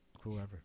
whoever